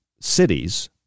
cities